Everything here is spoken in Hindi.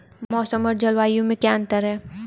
मौसम और जलवायु में क्या अंतर?